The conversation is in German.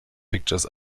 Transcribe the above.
pictures